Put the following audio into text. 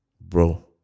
bro